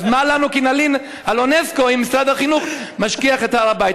אז מה לנו כי נלין על אונסק"ו אם משרד החינוך משכיח את הר בית?